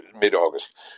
mid-August